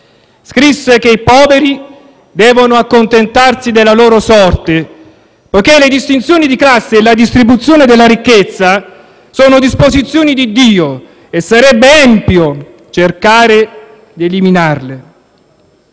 scrisse che i poveri devono accontentarsi della loro sorte, poiché le distinzioni di classe e la distribuzione della ricchezza sono disposizioni di Dio e sarebbe empio cercare di eliminarle.